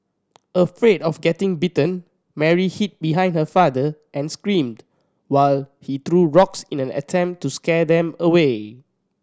afraid of getting bitten Mary hid behind her father and screamed while he threw rocks in an attempt to scare them away